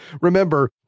Remember